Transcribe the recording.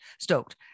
stoked